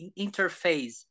interface